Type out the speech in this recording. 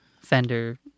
Fender